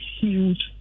huge